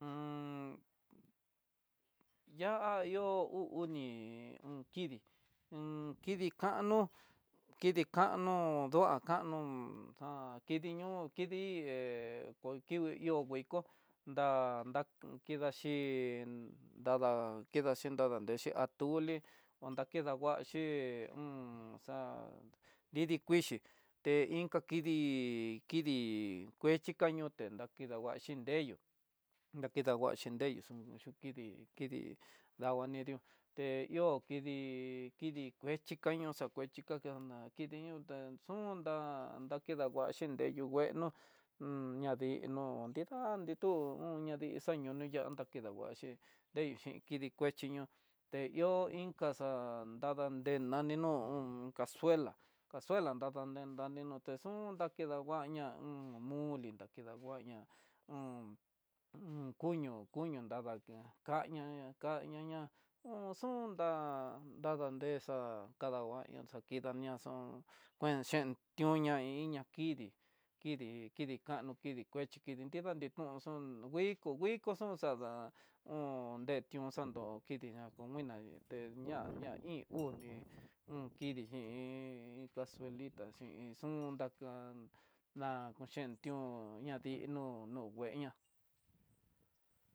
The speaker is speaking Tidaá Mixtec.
ya'á ihó uu oni un kidii, iin kidii kano, kidi kano doá kanota kidii ñoo kidii té ku kingui ihó dikó nda nda kidaxhi, en dada kidaxhi nadexhí atole dakenguaxhi un xa'á, nridikuixhi té inka kidii kii kuechi kañoté nrakidahuaxhi nreyú, nakidanguxhi nreyu xana yuu kidii, kidii ndangua neyú té ihó kidii, kidii kuexhi kaño xa kuexhi kakaná kitiñota xon untá, kidahuaxi ngueyu ngueno, yadii no nida nitú un ñadii xaña yudanta kidanguaxhi, ndeyu xhin ñoo kuechi ñoo e ihó inka xa'á xadande nani no on casuela, casuela ndananné nani nuté xun dakiangua ña'a un moli dakedanguaña, un kuño kuño dabaña kaña ña kaña ña un xun ndá ndavadexá kandañaxa xakidañaxun kue xhen tionña ida kidii, kidii kano kidii kuexhi kidi nrida nitun xon nguiko viko xon xada'á ho de tión xandó kidiña ko nguina konguina deña ña iin uni un kidii xhi iin casuelita xhin xun daka na koxhen tión ña dii nom no ngueña.